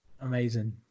Amazing